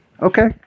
okay